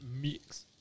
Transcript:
Mix